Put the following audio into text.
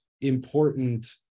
important